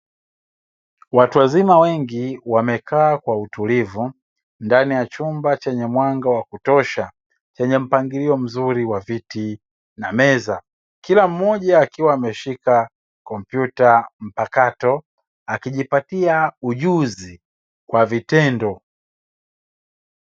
Watu wazima wengi wamekaa kwa utulivu ndani ya chumba chenye mwanga wa kutosha chenye mpangilio mzuri wa viti na meza, kila mmoja akiwa ameshika kompyuta mpakato akijipatia ujuzi kwa vitendo.